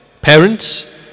parents